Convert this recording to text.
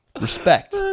Respect